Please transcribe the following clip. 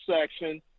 section